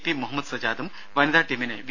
P Muhammad സജാദും വനിതാ ടീമിനെ വി